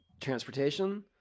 transportation